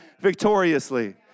victoriously